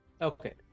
Okay